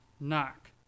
knock